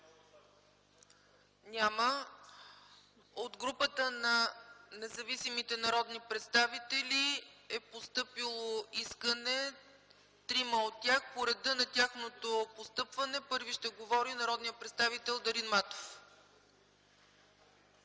Няма. От групата на независимите народни представители е постъпило искане на трима от тях. По реда на тяхното постъпване първи ще говори народният представител Дарин Матов.